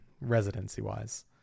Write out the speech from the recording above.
residency-wise